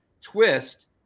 twist